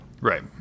Right